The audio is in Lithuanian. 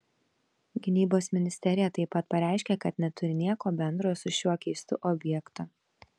gynybos ministerija taip pat pareiškė kad neturi nieko bendro su šiuo keistu objektu